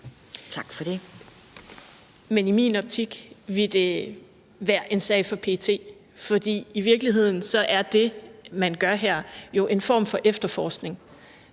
(SF): Men i min optik ville det være en sag for PET, for i virkeligheden er det, man gør her, jo en form for efterforskning.